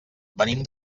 venim